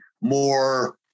more